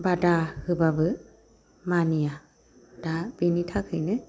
बादा होब्लाबो मानिया दा बेनि थाखायनो